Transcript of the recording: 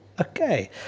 Okay